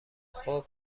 خوب